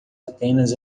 apenas